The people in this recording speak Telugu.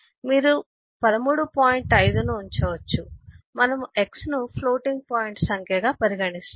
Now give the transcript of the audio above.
5 ను ఉంచవచ్చు మనము x ను ఫ్లోటింగ్ పాయింట్ సంఖ్యగా పరిగణిస్తాము